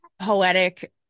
poetic